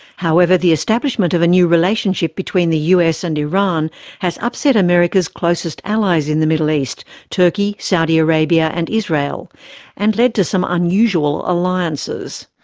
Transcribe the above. however, the establishment of a new relationship between the us and iran has upset america's closest allies in the middle east turkey, saudi arabia and israel and led to some unusual alliances.